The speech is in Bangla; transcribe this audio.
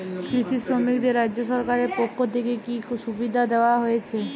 কৃষি শ্রমিকদের রাজ্য সরকারের পক্ষ থেকে কি কি সুবিধা দেওয়া হয়েছে?